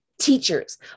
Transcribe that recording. teachers